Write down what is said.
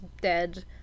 dead